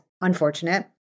unfortunate